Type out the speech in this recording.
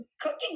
cooking